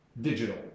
Digital